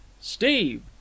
steve